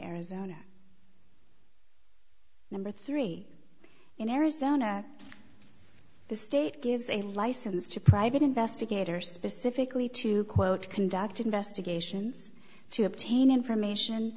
arizona number three in arizona the state gives a license to private investigators specifically to quote conduct investigations to obtain information